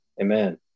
Amen